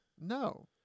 No